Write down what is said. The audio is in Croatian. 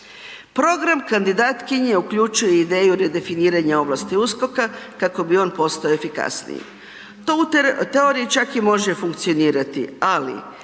Program kandidatkinje uključuje ideju redefiniranja ovlasti USKOK-a kako bi on postao efikasniji. To u teoriji čak i može funkcionirati, ali